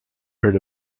heard